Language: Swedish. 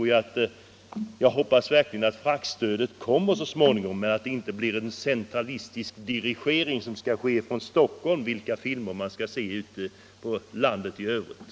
Jag hoppas verkligen att fraktstödet så småningom genomförs men att det då inte blir en centralistisk dirigering från Stockholm av vilka filmer man skall se i landet i övrigt.